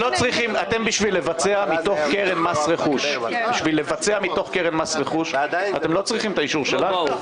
בשביל לבצע מתוך קרן מס רכוש אתם לא צריכים את האישור שלנו.